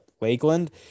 Lakeland